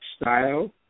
Style